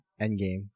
Endgame